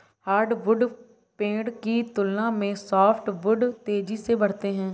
hardwood पेड़ की तुलना में सॉफ्टवुड तेजी से बढ़ते हैं